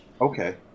Okay